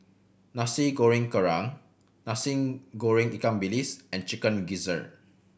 Nasi Goreng Kerang Nasi Goreng ikan bilis and Chicken Gizzard